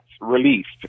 released